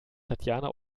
tatjana